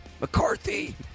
McCarthy